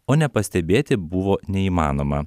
o nepastebėti buvo neįmanoma